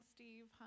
Steve